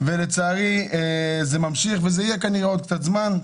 ולצערי זה ממשיך, וזה יהיה כנראה עוד קצת זמן.